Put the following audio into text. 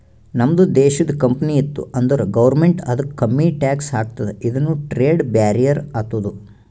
ನಮ್ದು ದೇಶದು ಕಂಪನಿ ಇತ್ತು ಅಂದುರ್ ಗೌರ್ಮೆಂಟ್ ಅದುಕ್ಕ ಕಮ್ಮಿ ಟ್ಯಾಕ್ಸ್ ಹಾಕ್ತುದ ಇದುನು ಟ್ರೇಡ್ ಬ್ಯಾರಿಯರ್ ಆತ್ತುದ